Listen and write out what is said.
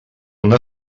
una